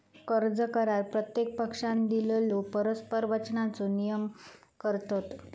कर्ज करार प्रत्येक पक्षानं दिलेल्यो परस्पर वचनांचो नियमन करतत